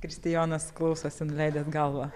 kristijonas klausosi nuleidęs galvą